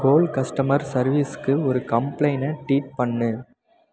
கோல் customer சர்வீஸுக்கு ஒரு கம்ப்ளெய்னை ட்வீட் பண்ணு